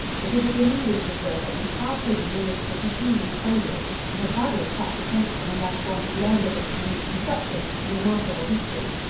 it is a diminutive building, half hidden amidst the profusion of foliage, and would hardly attract attention unless one had learned of its unique construction and remarkable history.